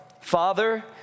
father